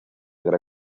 gran